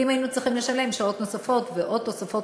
כי אם היינו צריכים לשלם שעות נוספות ועוד תוספות